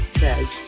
says